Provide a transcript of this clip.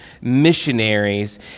missionaries